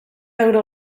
euro